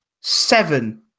seven